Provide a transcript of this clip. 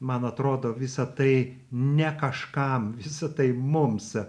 man atrodo visa tai ne kažkam visa tai mums